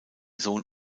sohn